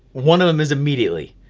one of them is immediately,